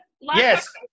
Yes